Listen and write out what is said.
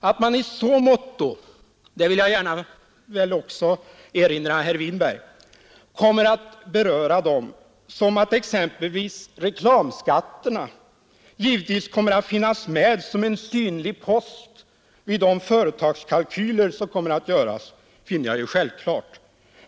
Att man i så måtto kommer att beröra dem — detta vill jag också gärna erinra herr Winberg om — som att exempelvis reklamskatterna givetvis kommer att finnas med som en synlig post vid de företagskalkyler som kommer att göras, finner jag självklart.